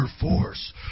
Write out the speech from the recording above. force